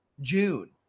June